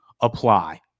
apply